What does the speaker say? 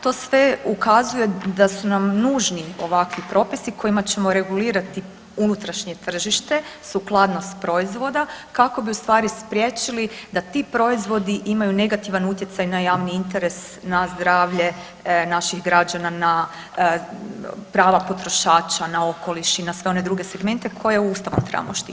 To sve ukazuje da su nam nužni ovakvi propisi kojima ćemo regulirati unutrašnje tržište, sukladnost proizvoda kako bi u stvari spriječili da ti proizvodi imaju negativan utjecaj na javni interes na zdravlje naših građana na prava potrošača na okoliš i na sve one druge segmente koje Ustavom trebamo štititi.